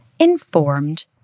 informed